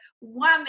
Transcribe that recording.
woman